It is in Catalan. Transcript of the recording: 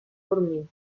dormir